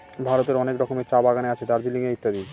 ভারতের অনেক রকমের চা বাগানে আছে দার্জিলিং এ ইত্যাদি